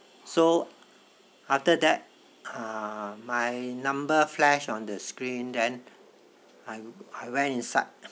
so after that my number flash on the screen then I I went inside